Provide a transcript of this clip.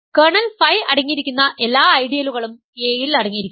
kernel phi അടങ്ങിയിരിക്കുന്ന എല്ലാ ഐഡിയലുകളും A യിൽ അടങ്ങിയിരിക്കുന്നു